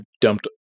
dumped